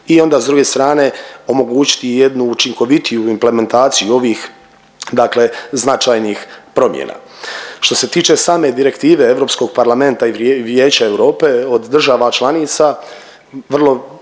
i onda s druge strane, omogućiti jednu učinkovitiju implementaciju ovih dakle značajnih promjena. Što se tiče same direktive Europskog parlamenta i Vijeća Europe od država članica svima